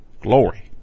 Glory